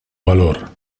valor